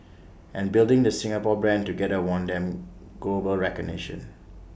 and building the Singapore brand together won them global recognition